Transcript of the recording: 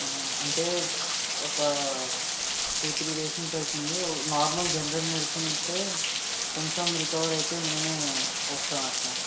అంటే ఒక two three days నుంచి అవుతుంది ఒ నార్మల్ జనరల్ మెడిసిన్ ఇస్తే కొంచెం రికవర్ అయితే నేను వస్తాను అక్క